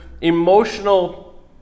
emotional